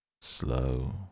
Slow